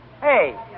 Hey